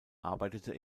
arbeitete